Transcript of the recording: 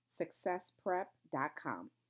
successprep.com